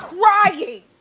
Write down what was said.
crying